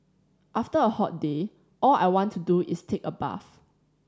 after a hot day all I want to do is take a bath